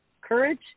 courage